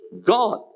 God